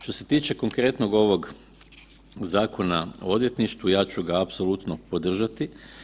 Što se tiče konkretnog ovog Zakona o odvjetništvu ja ću ga apsolutno podržati.